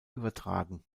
übertragen